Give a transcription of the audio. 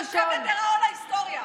יצאתם מהמליאה, זה יירשם לדיראון ההיסטוריה.